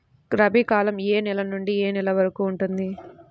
రబీ కాలం ఏ నెల నుండి ఏ నెల వరకు ఉంటుంది?